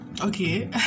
okay